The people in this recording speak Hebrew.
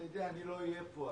אתה יודע, אני לא אהיה פה,